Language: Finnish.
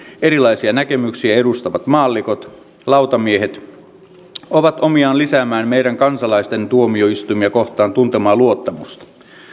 erilaisia näkemyksiä edustavat maallikot lautamiehet on omiaan lisäämään meidän kansalaisten tuomioistuimia kohtaan tuntemaa luottamusta